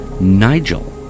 Nigel